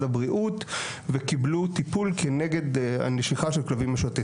הבריאות וקיבלו טיפול כנגד נשיכה של כלבים משוטטים.